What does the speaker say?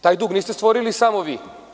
Taj dug niste stvorili samo vi.